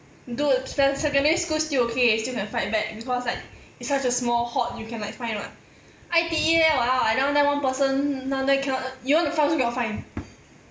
dude se~ secondary school still okay still can fight back because like it's such a small cohort you can like find what I_T_E leh !walao! I down there one person down there cannot you want to find also cannot find